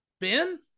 Ben